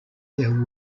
there